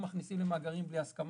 לא מכניסים למאגרים בלי הסכמה,